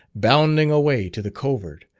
bounding away to the covert,